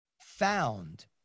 found